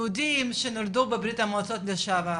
יהודים שנולדו בבריה"מ לשעבר.